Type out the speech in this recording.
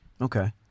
Okay